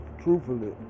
truthfully